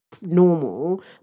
normal